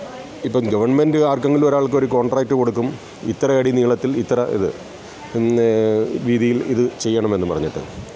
ഇപ്പോൾ ഗവൺമെൻ്റ് ആർക്കെങ്കിലും ഒരാൾക്ക് ഒരു കോൺട്രാക്ട് കൊടുക്കും ഇത്രയടി നീളത്തിൽ ഇത്ര ഇത് വീതിയിൽ ഇത് ചെയ്യണമെന്ന് പറഞ്ഞിട്ട്